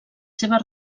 seves